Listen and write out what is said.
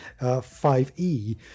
5e